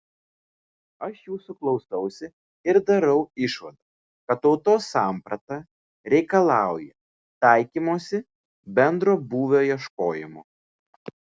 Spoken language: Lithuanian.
aš jūsų klausausi ir darau išvadą kad tautos samprata reikalauja taikymosi bendro būvio ieškojimo